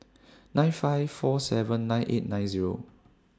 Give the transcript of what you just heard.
nine five four seven nine eight nine Zero